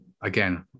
again